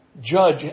judge